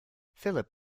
philip